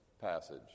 passage